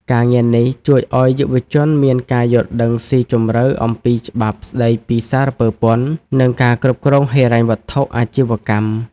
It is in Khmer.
ការងារនេះជួយឱ្យយុវជនមានការយល់ដឹងស៊ីជម្រៅអំពីច្បាប់ស្តីពីសារពើពន្ធ និងការគ្រប់គ្រងហិរញ្ញវត្ថុអាជីវកម្ម។